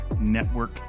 Network